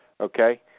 Okay